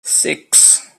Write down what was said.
six